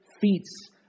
Feats